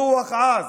רוח עז".